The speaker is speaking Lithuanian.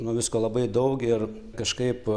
nu visko labai daug ir kažkaip